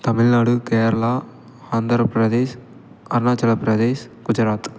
Tamil Nadu Kerala Andhra Pradesh Arunachal Pradesh Gujarat